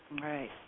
Right